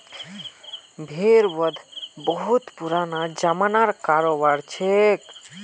भेड़ वध बहुत पुराना ज़मानार करोबार छिके